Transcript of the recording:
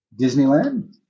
Disneyland